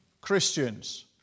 Christians